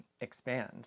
expand